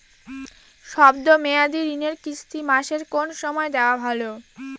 শব্দ মেয়াদি ঋণের কিস্তি মাসের কোন সময় দেওয়া ভালো?